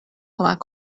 کمک